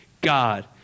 God